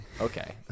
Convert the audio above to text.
Okay